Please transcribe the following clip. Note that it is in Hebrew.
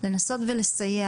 לנסות ולסייע.